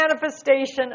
manifestation